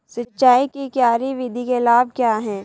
सिंचाई की क्यारी विधि के लाभ क्या हैं?